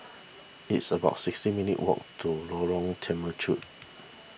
it's about sixty minutes' walk to Lorong Temechut